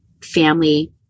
family